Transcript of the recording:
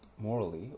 morally